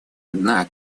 одна